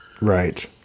Right